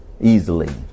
easily